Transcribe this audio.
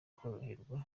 koroherwa